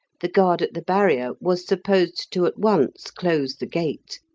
the guard at the barrier was supposed to at once close the gate,